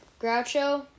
Groucho